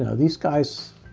ah these guys